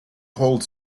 hold